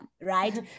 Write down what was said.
right